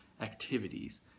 activities